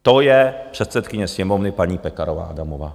To je předsedkyně Sněmovny paní Pekarová Adamová.